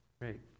Great